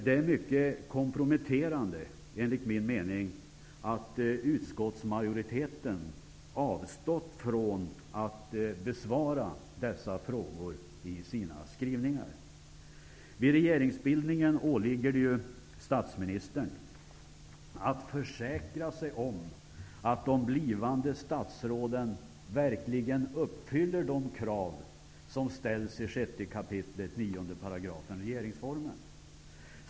Det är mycket komprometterande, enligt min mening, att utskottsmajoriteten avstått från att besvara dessa frågor i sina skrivningar. Vid regeringsbildningen åligger det ju statsministern att försäkra sig om att de blivande statsråden verkligen uppfyller de krav som ställs i 6 kap. 9 § i regeringsformen.